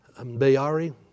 Bayari